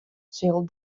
sil